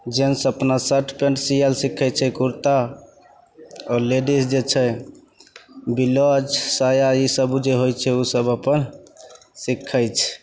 gents अपना shirt pant सिए ले सिखै छै कुरता आओर लेडिज जे छै ब्लाउज साया ईसब जे होइ छै ओसब अप्पन सिखै छै